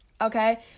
okay